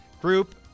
group